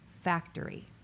factory